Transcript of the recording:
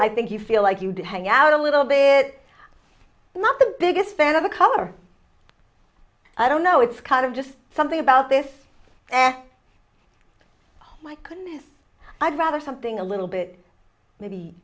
i think you feel like you'd hang out a little bit not the biggest fan of the color i don't know it's kind of just something about this oh my goodness i'd rather something a little bit maybe